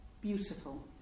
Beautiful